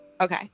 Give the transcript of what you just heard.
okay